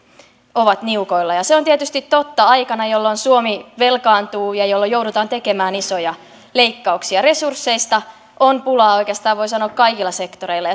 ovat niukoilla se on tietysti totta aikana jolloin suomi velkaantuu ja jolloin joudutaan tekemään isoja leikkauksia resursseista on pulaa oikeastaan voi sanoa kaikilla sektoreilla